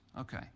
okay